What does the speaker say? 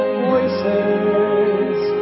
voices